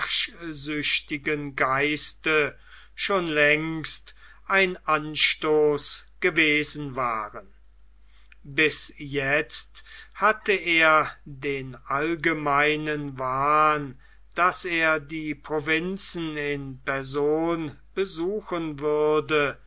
geiste schon längst ein anstoß gewesen waren bis jetzt hatte er den allgemeinen wahn daß er die provinzen in person besuchen würde